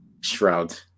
Shroud